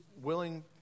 willing